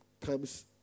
comes